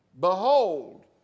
Behold